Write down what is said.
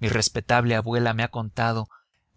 mi respetable abuela me ha contado